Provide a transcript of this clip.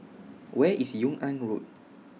Where IS Yung An Road